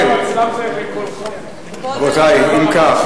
אם כך,